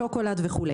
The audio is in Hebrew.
שוקולד וכו'.